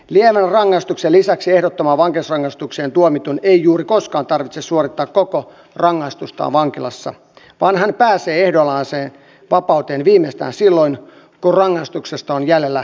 lievän rangaistuksen lisäksi ehdottomaan vankeusrangaistukseen tuomitun ei juuri koskaan tarvitse suorittaa koko rangaistustaan vankilassa vaan hän pääsee ehdonalaiseen vapauteen viimeistään silloin kun rangaistuksesta on jäljellä kolmasosa